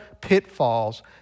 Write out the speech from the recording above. pitfalls